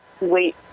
wait